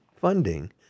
funding